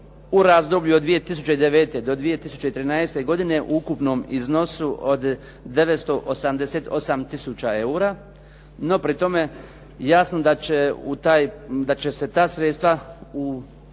u razdoblju od 2009. do 2013. godine u ukupnom iznosu od 988 tisuća eura, no pri tome jasno da će se ta sredstva u